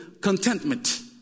contentment